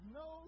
no